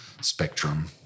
spectrum